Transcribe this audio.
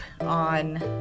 on